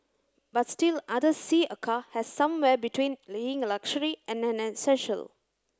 but still others see a car as somewhere between being a luxury and an essential